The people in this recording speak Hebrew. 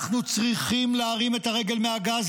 אנחנו צריכים להרים את הרגל מהגז,